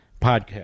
podcast